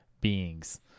beings